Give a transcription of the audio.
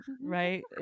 right